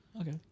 Okay